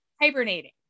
hibernating